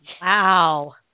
Wow